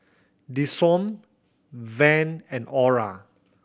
Deshaun Van and Ora